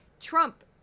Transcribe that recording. trump